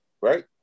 right